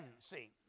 see